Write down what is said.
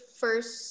first